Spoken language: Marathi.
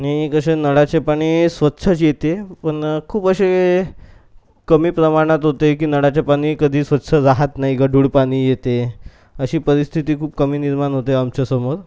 आणि कसे नळाचे पाणी स्वच्छच येते पण खूप असे कमी प्रमाणात होते की नळाचे पाणी कधी स्वच्छ राहत नाही गढूळ पाणी येते अशी परिस्थिती खूप कमी निर्माण होते आमच्यासमोर